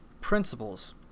Principles